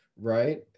right